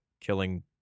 Killing